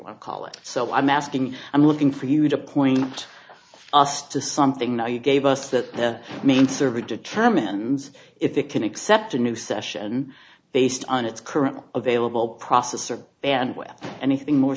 everyone call it so i'm asking i'm looking for you to point us to something now you gave us that the main server determines if it can accept a new session based on its currently available processor and with anything more